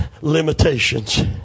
limitations